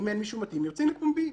אם אין מישהו מתאים, יוצאים לפומבי,